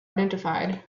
identified